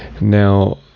now